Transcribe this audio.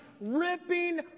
Ripping